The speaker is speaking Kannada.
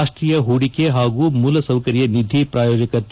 ರಾಷ್ಷೀಯ ಪೂಡಿಕೆ ಹಾಗೂ ಮೂಲ ಸೌಕರ್ಯ ನಿಧಿ ಪ್ರಾಯೋಜಕತ್ತ